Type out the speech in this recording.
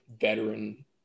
veteran